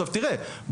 תראה,